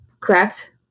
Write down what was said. correct